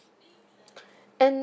and